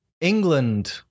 England